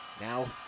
Now